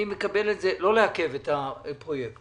אני מקבל שלא לעכב את הפרויקט